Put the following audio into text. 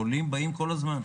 עולים באים כל הזמן.